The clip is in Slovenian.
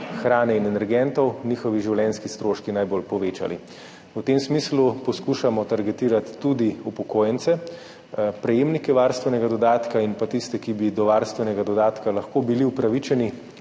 hrane in energentov njihovi življenjski stroški najbolj povečali. V tem smislu poskušamo targetirati tudi upokojence, prejemnike varstvenega dodatka in pa tiste, ki bi do varstvenega dodatka lahko bili upravičeni,